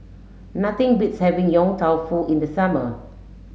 nothing beats having Yong Tau Foo in the summer